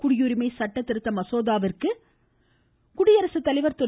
குடியுரிமை சட்ட திருத்த மசோதாவிற்கு குடியரசு தலைவர் திரு